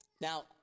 Now